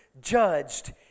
judged